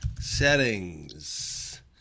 Settings